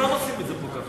כל הזמן עושים את זה פה ככה.